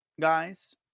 guys